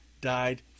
died